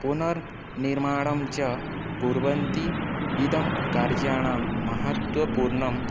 पुनर्निर्माणं च कुर्वन्ति इदं कार्याणां महत्वपूर्णम्